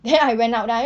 then I went out then I